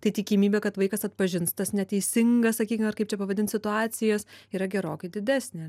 tai tikimybė kad vaikas atpažins tas neteisingas sakykime kaip čia pavadint situacijas yra gerokai didesnė